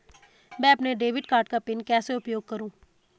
मैं अपने debit card का पिन कैसे उपयोग करूँ?